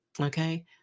Okay